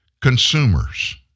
Consumers